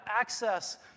access